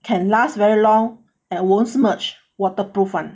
can last very long and won't smudge waterproof [one]